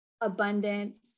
abundance